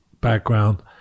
background